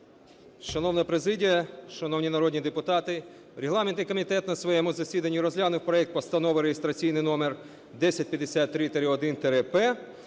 Шановна президія, шановні народні депутати! Регламентний комітет на своєму засіданні розглянув проект Постанови (реєстраційний номер 1053-1-П)